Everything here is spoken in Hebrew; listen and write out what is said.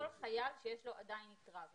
כל חייל שיש לו עדיין יתרה.